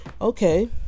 okay